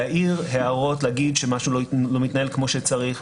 להעיר הערות ולהגיד שמשהו לא מתנהל כמו שצריך.